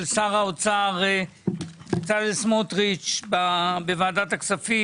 שר האוצר בצלאל סמוטריץ' בוועדת הכספים.